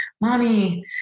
mommy